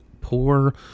poor